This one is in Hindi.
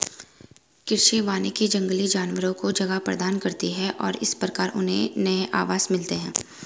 कृषि वानिकी जंगली जानवरों को जगह प्रदान करती है और इस प्रकार उन्हें नए आवास मिलते हैं